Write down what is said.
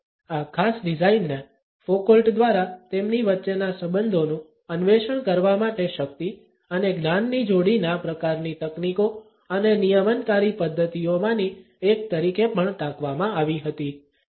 આ ખાસ ડિઝાઇનને ફોકોલ્ટ દ્વારા તેમની વચ્ચેના સંબંધોનું અન્વેષણ કરવા માટે શક્તિ અને જ્ઞાનની જોડીના પ્રકારની તકનીકો અને નિયમનકારી પદ્ધતિઓમાંની એક તરીકે પણ ટાંકવામાં આવી હતી